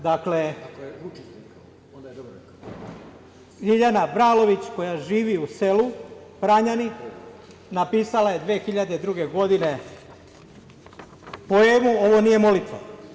Dakle, Ljiljana Bralović, koja živi u selu Pranjani napisala je 2002. godine poemu „Ovo nije molitva“